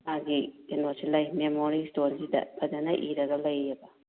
ꯃꯥꯒꯤ ꯀꯩꯅꯣꯁꯤ ꯂꯩ ꯃꯦꯃꯣꯔꯤ ꯏꯁꯇꯣꯟꯁꯤꯗ ꯐꯖꯅ ꯏꯔꯒ ꯂꯩꯌꯦꯕ